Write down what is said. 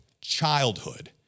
childhood